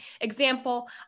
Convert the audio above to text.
Example